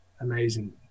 amazing